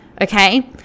okay